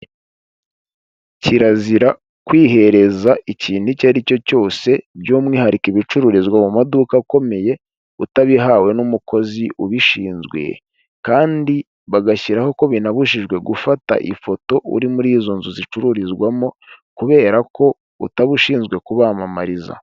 Kirazira kwihereza ikintu icyo ari cyo cyose by'umwihariko ibicururizwa mu maduka akomeye, utabihawe n'umukozi ubishinzwe kandi bagashyiraho ko binabujijwe gufata ifoto uri muri izo nzu zicururizwamo kubera ko utaba ushinzwe kubayamamariza.